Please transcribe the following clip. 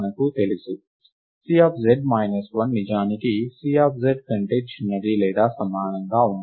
Cz 1 నిజానికి Cz కంటే చిన్నది లేదా సమానంగా ఉంటుంది